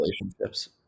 relationships